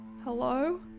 Hello